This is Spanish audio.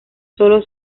solo